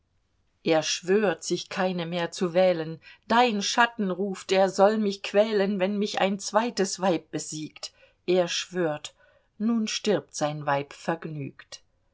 er schwört sich keine mehr zu wählen dein schatten ruft er soll mich quälen wenn mich ein zweites weib besiegt er schwört nun stirbt sein weib vergnügt